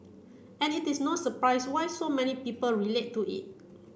and it is no surprise why so many people relate to it